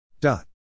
dot